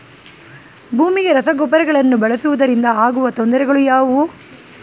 ಭೂಮಿಗೆ ರಸಗೊಬ್ಬರಗಳನ್ನು ಬಳಸುವುದರಿಂದ ಆಗುವ ತೊಂದರೆಗಳು ಯಾವುವು?